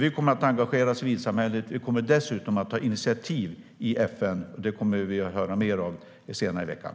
Vi kommer att engagera civilsamhället. Vi kommer dessutom att ta initiativ i FN. Det kommer vi att höra mer om senare i veckan.